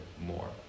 more